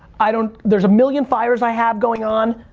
i don't, there's a million fires i have going on,